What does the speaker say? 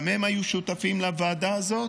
גם הם היו שותפים לוועדה הזאת,